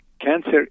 cancer